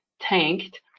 tanked